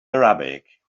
arabic